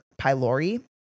pylori